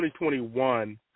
2021